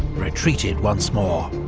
retreated once more.